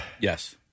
Yes